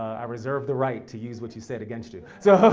i reserve the right to use what you said against you. so